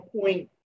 point